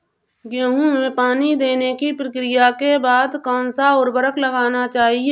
गेहूँ में पानी देने की प्रक्रिया के बाद कौन सा उर्वरक लगाना चाहिए?